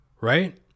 right